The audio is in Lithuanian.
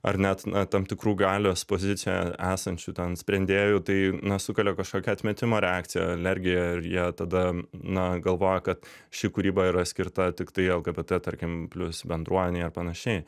ar net na tam tikrų galios pozicijoje esančių ten sprendėjų tai na sukelia kažkokią atmetimo reakciją alergiją ir jie tada na galvoja kad ši kūryba yra skirta tiktai lgbt tarkim plius bendruomenei ir panašiai